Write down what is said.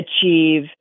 achieve